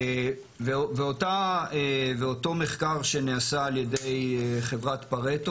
ואותו מחקר שנעשה על ידי חברת "פארטו",